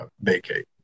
vacate